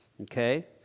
okay